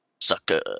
Sucker